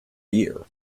year